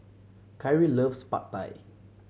Khiry loves Pad Thai